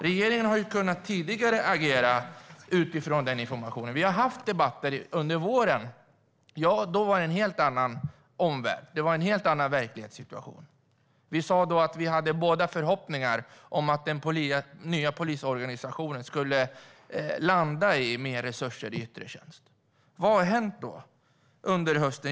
Regeringen har kunnat agera tidigare utifrån den informationen. Vi har haft debatter under våren. Ja, då var det en helt annan omvärld. Det var en helt annan verklighetssituation. Vi sa då att vi båda hade förhoppningar om att den nya polisorganisationen skulle landa i mer resurser i yttre tjänst. Vad har hänt under hösten?